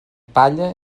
palla